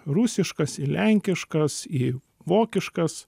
rusiškas į lenkiškas į vokiškas